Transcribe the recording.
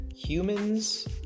Humans